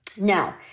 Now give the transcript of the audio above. Now